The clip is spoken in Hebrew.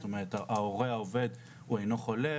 זאת אומרת ההורה העובד הוא אינו חולה,